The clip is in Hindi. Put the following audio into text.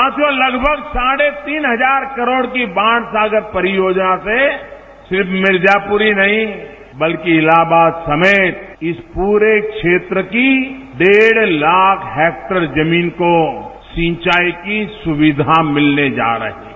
साथियों लगभग साढ़े तीन हजार करोड़ की बाढ़ लागत परियोजना से सिर्फ मिर्जापुर ही नहीं बल्कि इलाहाबाद समेत इस पूरे क्षेत्र की डेढ़ लाख हेक्टेयर जमीन को सिंचाई की सुविधा मिलने जा रही है